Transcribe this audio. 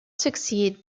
succeed